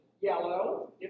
yellow